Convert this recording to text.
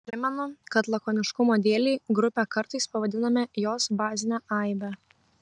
primenu kad lakoniškumo dėlei grupe kartais pavadiname jos bazinę aibę